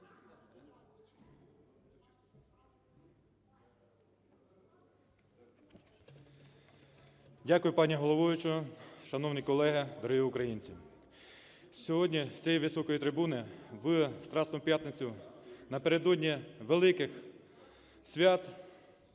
Дякую, пані головуюча. Шановні колеги! Дорогі українці! Сьогодні з цієї високої трибуни, в Страсну п'ятницю, напередодні великих свят,